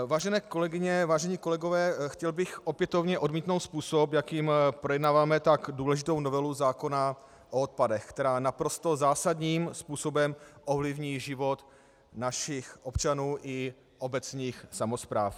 Vážené kolegyně, vážení kolegové, chtěl bych opětovně odmítnout způsob, jakým projednáváme tak důležitou novelu zákona o odpadech, která naprosto zásadním způsobem ovlivní život našich občanů i obecních samospráv.